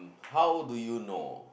how do you know